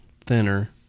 thinner